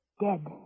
Dead